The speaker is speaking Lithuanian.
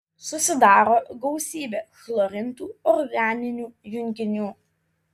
susidaro gausybė chlorintų organinių junginių